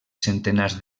centenars